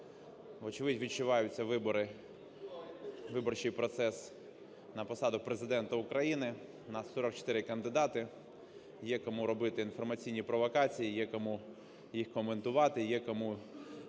Вочевидь відчуваються вибори, виборчий процес на посаду Президента України. У нас 44 кандидати, є кому робити інформаційні провокації, є кому їх коментувати, є кому